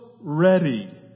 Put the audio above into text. ready